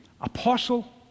apostle